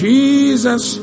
Jesus